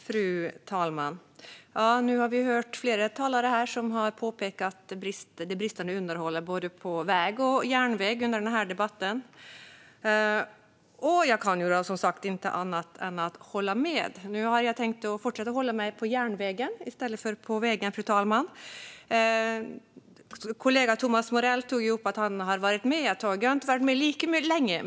Fru talman! Nu har vi hört flera talare här under debatten påpeka det bristande underhållet både på väg och på järnväg, och jag kan inte annat än att hålla med. Nu har jag tänkt att fortsätta hålla mig till järnvägen i stället för till vägen, fru talman. Kollegan Thomas Morell sa att han har varit med ett tag. Jag har inte varit med lika länge.